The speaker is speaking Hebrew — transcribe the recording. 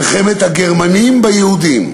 מלחמת הגרמנים ביהודים.